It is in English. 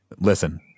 listen